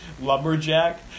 lumberjack